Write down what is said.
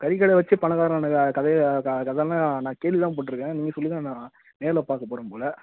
கறிக்கடை வைச்சே பணக்காரன் ஆன கதையை க கதைல்லாம் நான் கேள்வி தான் பட்டிருக்கேன் நீங்கள் சொல்லி தான் நான் நேரில் பார்க்கப் போகிறேன் போல்